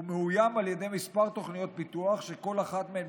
והוא מאוים על ידי כמה תוכניות פיתוח שכל אחת מהן